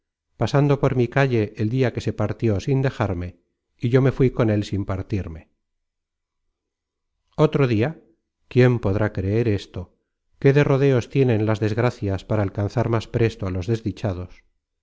pasando por mi calle el dia que se partió sin dejarme y yo me fuí con él sin partirme otro dia iquién podrá creer esto qué de rodeos tienen las desgracias para alcanzar más presto á los desdichados